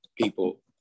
people